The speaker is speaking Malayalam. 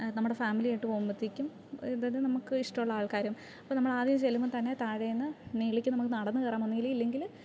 നമ്മുടെ ഫാമിലിയായിട്ട് പോവുമ്പൊത്തേക്കും ഇഷ്ടമുള്ള ആൾക്കാരും അപ്പോൾ നമ്മള് ആദ്യം ചെല്ലുമ്പോൾ തന്നെ താഴേന്ന് മേലേക്ക് നമ്മള് നടന്ന് കയറണം ഒന്നെങ്കില് ഇല്ലെങ്കില്